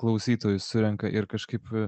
klausytojus surenka ir kažkaip